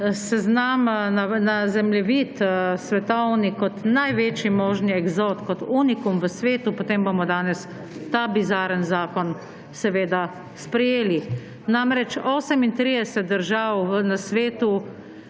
seznam, na zemljevid svetovni kot največji možni eksot, kot unikum v svetu, potem bomo danes ta bizarni zakon seveda sprejeli. Namreč 38 držav na svetu